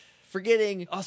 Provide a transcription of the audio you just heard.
Forgetting